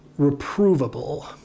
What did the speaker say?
reprovable